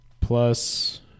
plus